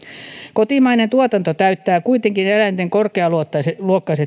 kotimainen tuotanto täyttää kuitenkin eläinten korkealuokkaiset